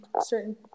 certain